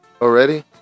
already